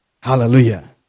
Hallelujah